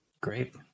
Great